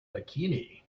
bikini